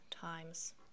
times